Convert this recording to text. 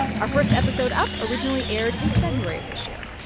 our first episode up originally aired in february of this year